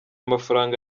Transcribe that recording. mafaranga